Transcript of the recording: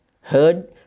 heard